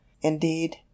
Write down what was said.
indeed